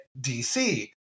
DC